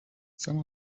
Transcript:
some